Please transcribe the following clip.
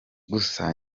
gusa